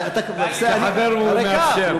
כחבר הוא מאפשר.